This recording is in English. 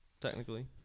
technically